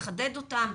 נחדד אותם,